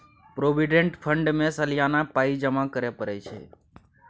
provident fund मे सलियाना पाइ जमा करय परय छै